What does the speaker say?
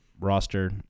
roster